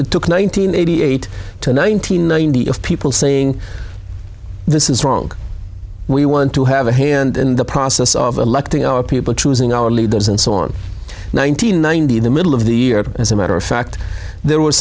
that took nine hundred eighty eight to nine hundred ninety of people saying this is wrong we want to have a hand in the process of electing our people choosing our leaders and so on nineteen ninety in the middle of the year as a matter of fact there w